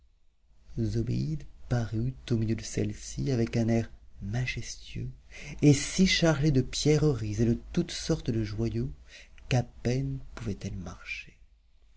parut au milieu de celles-ci avec un air majestueux et si chargée de pierreries et de toutes sortes de joyaux qu'à peine pouvait-elle marcher